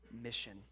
mission